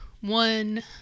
One